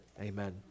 Amen